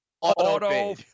Auto